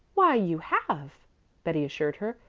why you have betty assured her.